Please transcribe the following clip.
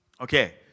Okay